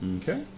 Okay